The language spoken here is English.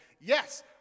yes